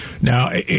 now